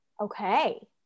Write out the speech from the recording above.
okay